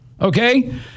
Okay